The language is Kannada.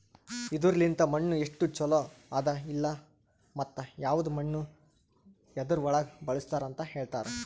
ಇದುರ್ ಲಿಂತ್ ಮಣ್ಣು ಎಸ್ಟು ಛಲೋ ಅದ ಇಲ್ಲಾ ಮತ್ತ ಯವದ್ ಮಣ್ಣ ಯದುರ್ ಒಳಗ್ ಬಳಸ್ತಾರ್ ಅಂತ್ ಹೇಳ್ತಾರ್